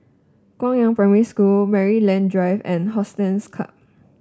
Guangyang Primary School Maryland Drive and Hollandse Club